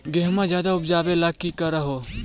गेहुमा ज्यादा उपजाबे ला की कर हो?